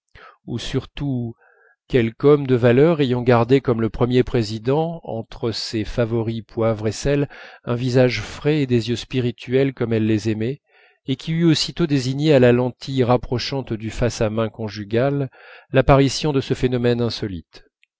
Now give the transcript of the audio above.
ou surtout quelque homme de valeur ayant gardé comme le premier président entre ses favoris poivre et sel un visage frais et des yeux spirituels comme elle les aimait et qui eût aussitôt désigné à la lentille rapprochante du face à main conjugal l'apparition de ce phénomène insolite